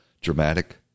dramatic